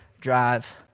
drive